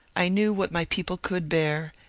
i knew what my people could bear,